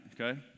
okay